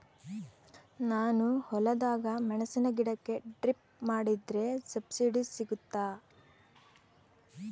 ನಾನು ಹೊಲದಾಗ ಮೆಣಸಿನ ಗಿಡಕ್ಕೆ ಡ್ರಿಪ್ ಮಾಡಿದ್ರೆ ಸಬ್ಸಿಡಿ ಸಿಗುತ್ತಾ?